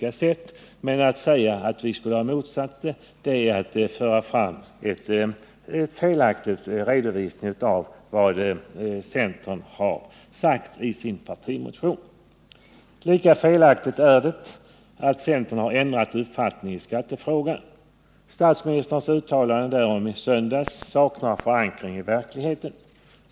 Att mot den bakgrunden säga att vi skulle ha motsatt oss en marginalskattesänkning är att föra fram en felaktig redovisning av vad centern föreslagit i sin partimotion. Lika felaktigt är talet om att centern ändrat uppfattning i skattefrågan. Statsministerns uttalande därom i söndags saknar förankring i verkligheten.